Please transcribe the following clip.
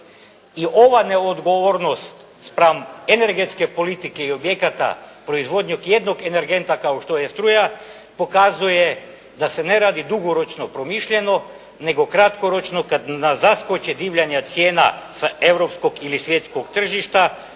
I ova neodgovornost spram energetske politike i objekata proizvodnje jednog energenta kao što je struje, pokazuje da se ne radi dugoročno promišljeno nego kratkoročno kad nas zaskoče divljanja cijena sa europskog ili svjetskog tržišta,